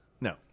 No